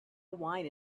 wine